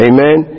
Amen